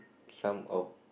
some of